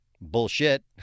Bullshit